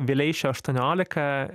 vileišio aštuoniolika